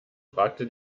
fragte